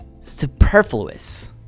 superfluous